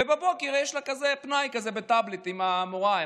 ובבוקר יש לה פנאי כזה בטאבלט עם המורה,